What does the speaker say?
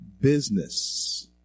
business